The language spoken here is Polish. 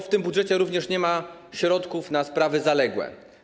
W tym budżecie również nie ma środków na sprawy zaległe.